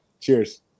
Cheers